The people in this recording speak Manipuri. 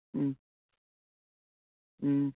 ꯎꯝ ꯎꯝ